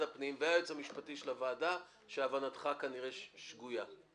הפנים והיועץ המשפטי לוועדה שהבנתך כנראה שגויה.